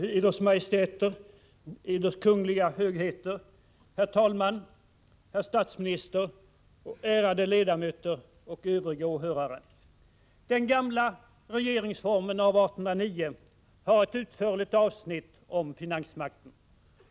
Eders Majestäter, Eders Kungliga Högheter, herr talman, herr statsminister, ärade ledamöter och övriga åhörare! Den gamla regeringsformen av 1809 har ett utförligt avsnitt om finansmakten.